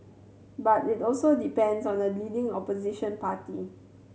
but it also depends on the leading Opposition party